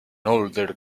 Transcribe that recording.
older